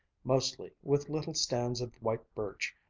mostly, with little stands of white birch,